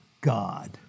God